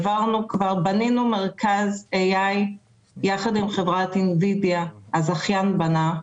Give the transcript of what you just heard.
בנינו מרכז יחד עם חברת אימוביליה הזכיין בנה,